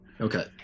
okay